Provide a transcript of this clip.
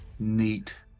Neat